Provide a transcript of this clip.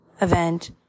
event